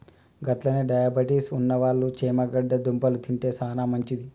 గట్లనే డయాబెటిస్ ఉన్నవాళ్ళు చేమగడ్డ దుంపలు తింటే సానా మంచిది